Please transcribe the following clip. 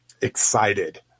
excited